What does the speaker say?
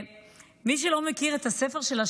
ומי שלא מכיר את הספר שלה,